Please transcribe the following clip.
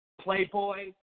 Playboy